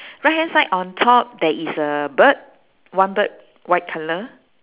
right hand side on top there is a bird one bird white colour